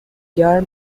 گرم